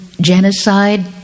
genocide